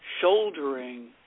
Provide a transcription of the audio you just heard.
shouldering